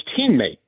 teammate